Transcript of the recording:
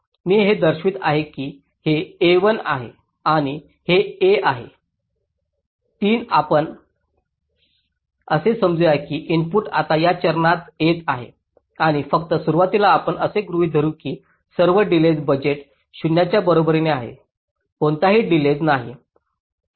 मी हे दर्शवित आहे की हे A 1 आहे आणि हे A आहे 3 आपण असे समजू या की इनपुट आता या चरणात येत आहेत आणि फक्त सुरुवातीला आपण असे गृहीत धरू की सर्व डिलेज बजेट 0 च्या बरोबरीने आहे कोणताही डिलेज नाही